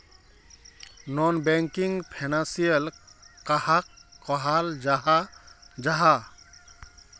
Non banking financial कहाक कहाल जाहा जाहा?